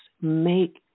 make